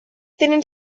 tenen